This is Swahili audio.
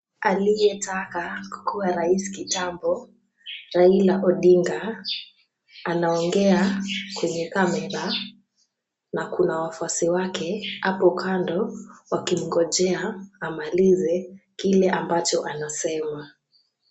Aliyetaka kukuwa rais kitambo Raila Odinga, anaongea kwenye camera na kuna wafuasi wake hapo kando wakimngojea amalize kile ambacho anasema.